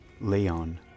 Leon